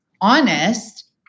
honest